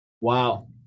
Wow